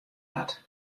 hat